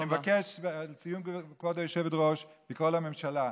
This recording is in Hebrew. אני מבקש, לסיום, כבוד היושבת-ראש, לקרוא לממשלה: